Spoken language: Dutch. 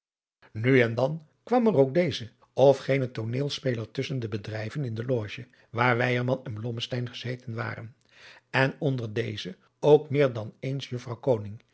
nu en dan kwam er ook deze adriaan loosjes pzn het leven van johannes wouter blommesteyn of gene tooneelspeler tusschen de bedrijven in de loge waar weyerman en blommesteyn gezeten waren en onder deze ook meer dan eens juffrouw